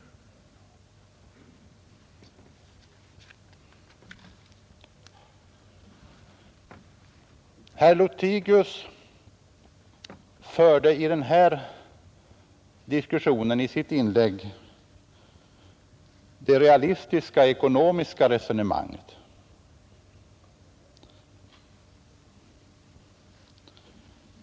Herr Lothigius förde i sitt inlägg i denna diskussion det realistiska ekonomiska resonemanget.